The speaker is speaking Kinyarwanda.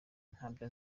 ntabyo